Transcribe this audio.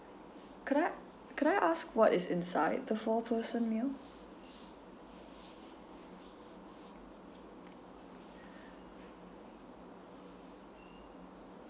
could I could I ask what is inside the four person meal